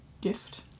gift